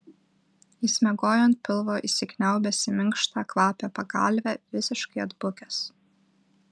jis miegojo ant pilvo įsikniaubęs į minkštą kvapią pagalvę visiškai atbukęs